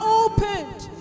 opened